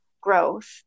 growth